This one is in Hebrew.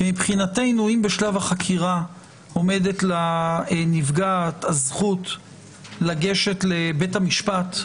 כי מבחינתנו אם בשלב החקירה עומדת לנפגעת הזכות לגשת לבית המשפט,